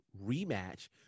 rematch